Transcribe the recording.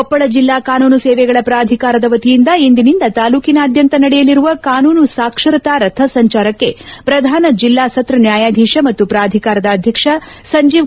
ಕೊಪ್ಪಳ ಜಿಲ್ಲಾ ಕಾನೂನು ಸೇವೆಗಳ ಪ್ರಾಧಿಕಾರದ ವತಿಯಿಂದ ಇಂದಿನಿಂದ ತಾಲ್ಡೂಕಿನಾದ್ಯಂತ ನಡೆಯಲಿರುವ ಕಾನೂನು ಸಾಕ್ಷರತಾ ರಥ ಸಂಚಾರಕ್ಷೆ ಪ್ರಧಾನ ಜೆಲ್ಲಾ ಸತ್ರ ನ್ಯಾಯಾಧೀಶ ಮತ್ತು ಪೂಧಿಕಾರದ ಅಧ್ಯಕ್ಷ ಸಂಜೀವ್ ವಿ